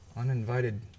uninvited